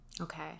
okay